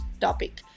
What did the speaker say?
topic